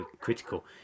critical